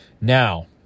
Now